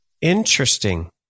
Interesting